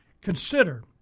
consider